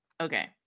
okay